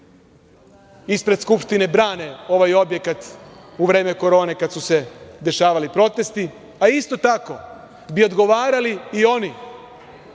ispred Skupštine brane ovaj objekat u vreme korone kad su se dešavali protesti, a isto tako bi odgovarali i oni